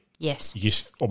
Yes